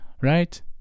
right